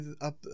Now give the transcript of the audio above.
up